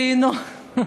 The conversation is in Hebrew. תיהנו.